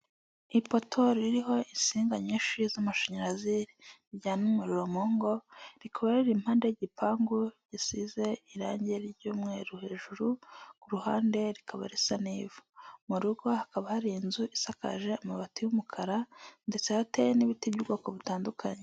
Ipoto ririho insinga nyinshi z'amashanyarazi zijyana umuriro mu ngo, rikaba riri impande y'igipangu gisize irangi ry'umweru hejuru, ku ruhande rikaba risa n'ivu. Mu rugo hakaba hari inzu isakaje amabati y'umukara ndetse hateye n'ibiti by'ubwoko butandukanye.